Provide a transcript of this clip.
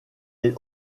est